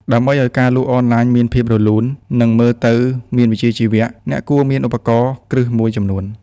ដើម្បីឱ្យការលក់អនឡាញមានភាពរលូន និងមើលទៅមានវិជ្ជាជីវៈ អ្នកគួរមានឧបករណ៍គ្រឹះមួយចំនួន។